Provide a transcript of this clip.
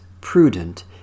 prudent